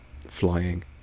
flying